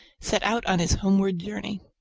set out on his homeward journey.